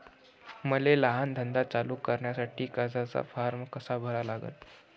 मले लहान धंदा चालू करासाठी कर्जाचा फारम कसा भरा लागन?